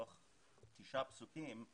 תוך תשעה פסוקים,